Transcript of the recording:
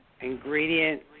ingredient